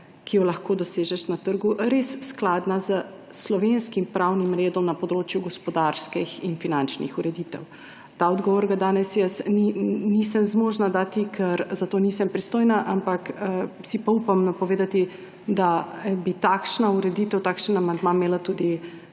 ki jo lahko dosežeš na trgu, res skladna s slovenskim pravnim redom na področju gospodarskih in finančnih ureditev. Tega odgovora danes jaz nisem zmožna dati, ker za to nisem pristojna, ampak si pa upam napovedati, da bi takšna ureditev, takšen amandma, imela tudi